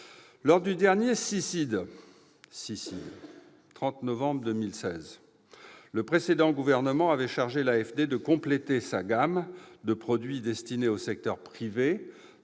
ou CICID, le 30 novembre 2016, le précédent gouvernement avait chargé l'AFD de compléter « sa gamme de produits destinés au secteur privé